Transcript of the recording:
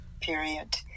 period